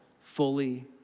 fully